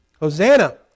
Hosanna